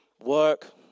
Work